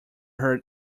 heard